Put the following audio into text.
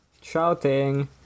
shouting